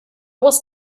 was